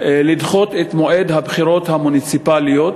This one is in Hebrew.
לדחות את מועד הבחירות המוניציפליות,